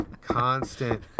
constant